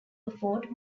afford